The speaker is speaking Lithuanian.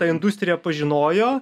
tą industriją pažinojo